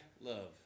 love